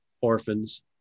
orphans